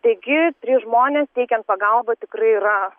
taigi trys žmonės teikiant pagalbą tikrai yra